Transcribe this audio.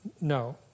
No